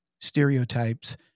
stereotypes